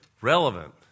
relevant